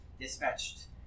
dispatched